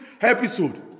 episode